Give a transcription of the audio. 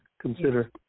consider